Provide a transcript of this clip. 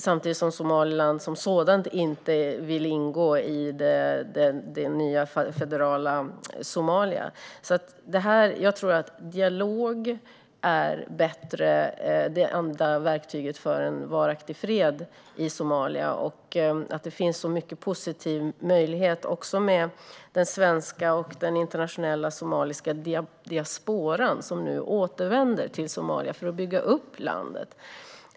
Samtidigt vill Somaliland inte ingå i det nya federala Somalia. Dialog är det enda verktyget för en varaktig fred i Somalia. Det finns en stor positiv möjlighet genom den svenska och internationella somaliska diasporan som nu återvänder till Somalia för att bygga upp landet.